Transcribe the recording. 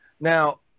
Now